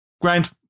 Grant